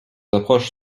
approches